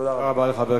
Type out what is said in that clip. תודה רבה.